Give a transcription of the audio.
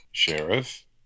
Sheriff